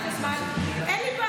תודה רבה.